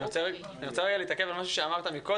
אני רוצה להתעכב על משהו שאמרת והוא